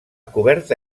coberta